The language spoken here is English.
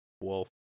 wolf